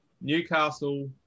Newcastle